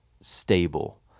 stable